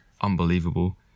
unbelievable